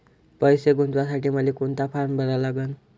पैसे गुंतवासाठी मले कोंता फारम भरा लागन?